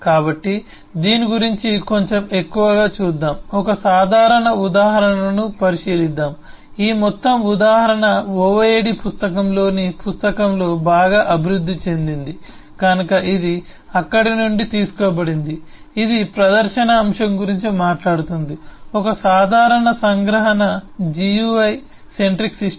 కాబట్టి దీని గురించి కొంచెం ఎక్కువగా చూద్దాం ఒక సాధారణ ఉదాహరణను పరిశీలిద్దాం ఈ మొత్తం ఉదాహరణ OOAD పుస్తకంలోని పుస్తకంలో బాగా అభివృద్ధి చెందింది కనుక ఇది అక్కడి నుండి తీసుకోబడింది ఇది ప్రదర్శన అంశం గురించి మాట్లాడుతుంది ఒక సాధారణ సంగ్రహణ gui సెంట్రిక్ సిస్టమ్